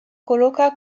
coloca